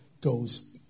goes